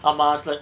ஆமா:aama slag